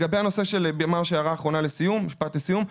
משפט לסיום,